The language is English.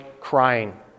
crying